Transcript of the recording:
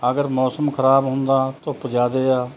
ਅਗਰ ਮੌਸਮ ਖ਼ਰਾਬ ਹੁੰਦਾ ਧੁੱਪ ਜ਼ਿਆਦਾ ਆ